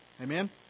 Amen